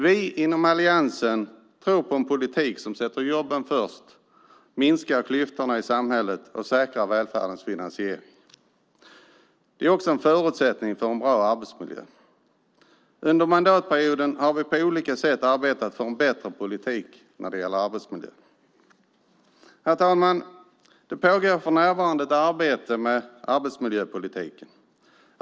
Vi inom Alliansen tror på en politik som sätter jobben först, minskar klyftorna i samhället och säkrar välfärdens finansiering. Det är också en förutsättning för en bra arbetsmiljö. Under mandatperioden har vi på olika sätt arbetat för en bättre politik när det gäller arbetsmiljö. Herr talman! Det pågår för närvarande ett arbete med arbetsmiljöpolitiken.